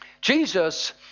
Jesus